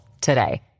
today